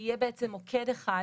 אנחנו רוצים שיהיה בעצם מוקד אחד,